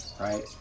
Right